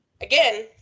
Again